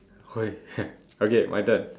!oi! okay my turn